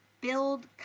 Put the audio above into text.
build